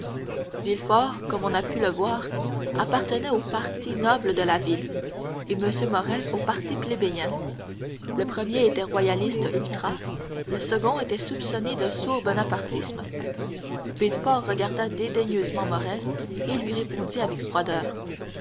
villefort comme on a pu le voir appartenait au parti noble de la ville et morrel au parti plébéien le premier était royaliste ultra le second était soupçonné de sourd bonapartisme villefort regarda dédaigneusement morrel et lui répondit avec froideur